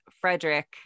frederick